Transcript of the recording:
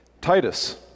Titus